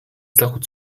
zachód